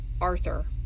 Arthur